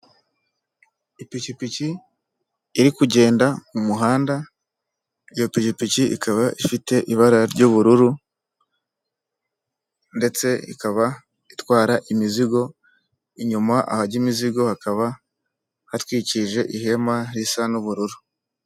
Ipikipiki iri kugenda mu muhanda, iyo kugipiki ikaba ifite ibara ry'ubururu, ndetse ikaba itwara imizigo, inyuma ahajya imizigo hakaba hatwikirije ihema risa n'ubururu.